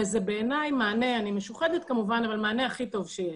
וזה בעיני מענה ואני משוחדת כמובן אבל מענה הכי טוב שיש.